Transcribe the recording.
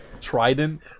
Trident